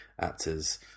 actors